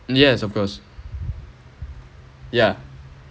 yes of course ya